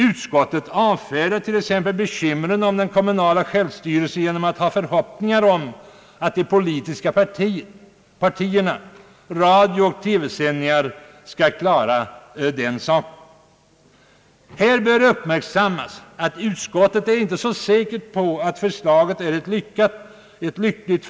Utskottet avfärdar bekymren om den kommunala självstyrelsen genom att hysa förhoppningar om att de politiska partierna samt radiooch TV-sändningar skall klara den saken. Här bör uppmärksammas att utskottet inte är så säkert på att förslaget är lyckligt.